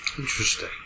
Interesting